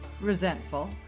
resentful